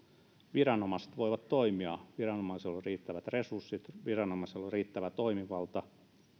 viranomaiset voivat toimia viranomaisella on riittävät resurssit viranomaisella on riittävä toimivalta nyt